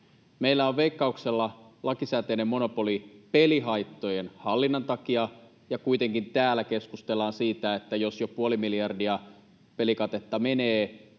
Meillä on Veikkauksella lakisääteinen monopoli pelihaittojen hallinnan takia, ja kuitenkin täällä keskustellaan siitä, että jos jo puoli miljardia pelikatetta menee